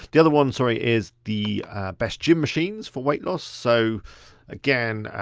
the other one, sorry, is the best gym machines for weight loss. so again,